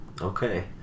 Okay